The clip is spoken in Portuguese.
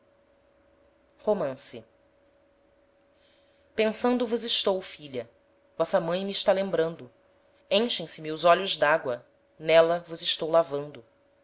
romance pensando vos estou filha vossa mãe me está lembrando enchem se me os olhos d'agoa n'éla vos estou lavando